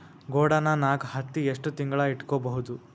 ಗೊಡಾನ ನಾಗ್ ಹತ್ತಿ ಎಷ್ಟು ತಿಂಗಳ ಇಟ್ಕೊ ಬಹುದು?